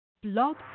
blog